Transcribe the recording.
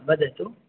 वदतु